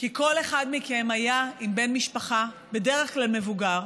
כי כל אחד מכם היה עם בן משפחה, בדרך כלל מבוגר,